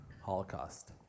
Holocaust